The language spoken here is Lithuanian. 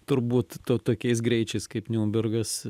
turbūt to tokiais greičiais kaip niunbergas